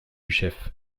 chef